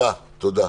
תודה.